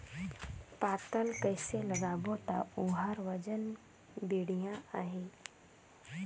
पातल कइसे लगाबो ता ओहार वजन बेडिया आही?